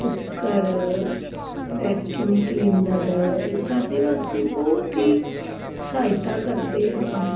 cooker vacuum cleaner ਇਹ ਸਾਡੇ ਵਾਸਤੇ ਬਹੁਤ ਹੀ ਸਹਾਇਤਾ ਕਰਦੇ ਹਨ